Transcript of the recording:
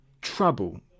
trouble